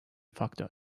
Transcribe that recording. faktör